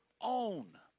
own